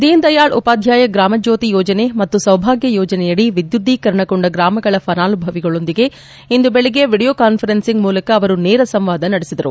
ದೀನ್ದಯಾಳ್ ಉಪಾಧ್ನಾಯ ಗ್ರಾಮಜ್ಯೋತಿ ಯೋಜನೆ ಮತ್ತು ಸೌಭಾಗ್ನ ಯೋಜನೆಯಡಿ ವಿದ್ನುದೀಕರಣಗೊಂಡ ಗ್ರಾಮಗಳ ಫಲಾನುಭವಿಗಳೊಂದಿಗೆ ಇಂದು ಬೆಳಗ್ಗೆ ವಿಡಿಯೋ ಕಾಸ್ಪರೆನ್ಸಿಂಗ್ ಮೂಲಕ ಅವರು ನೇರ ಸಂವಾದ ನಡೆಸಿದರು